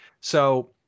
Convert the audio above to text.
So-